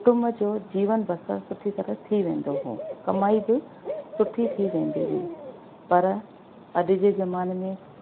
कुटुंब जो जीवन बसर सुठी तरह थी वेंदो हुओ कमाई बि सुठी थी वेंदी हुई पर अॼ जे ज़माने में